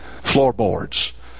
floorboards